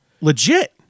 Legit